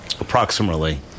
Approximately